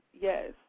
yes